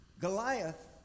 Goliath